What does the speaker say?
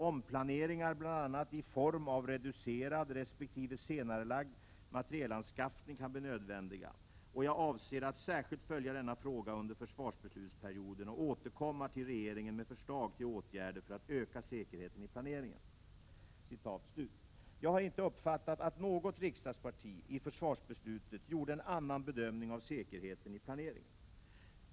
Omplaneringar bl.a. i form av reducerad respektive senarelagd materielanskaffning kan bli nödvändiga. Jag avser att särskilt följa denna fråga under försvarsbeslutsperioden och återkomma till regeringen med förslag till åtgärder för att öka säkerheten i planeringen.” Jag har inte uppfattat att något riksdagsparti i försvarsbeslutet gjorde en annan bedömning av säkerheten i planeringen.